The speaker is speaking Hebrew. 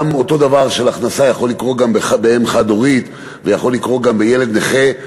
ואותו דבר יכול לקרות גם לאם חד-הורית ויכול לקרות גם לילד נכה,